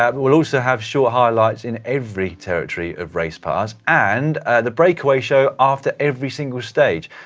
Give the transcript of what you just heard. um we'll also have short highlights in every territory of race pass and the breakaway show after every single stage.